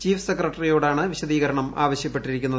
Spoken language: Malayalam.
ചീഫ് സെക്രട്ടറിയോടാണ് വിശദീകരണം ആവശ്യപ്പെട്ടിരിക്കുന്നത്